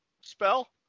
spell